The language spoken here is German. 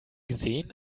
gesehen